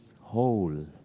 whole